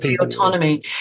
autonomy